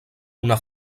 una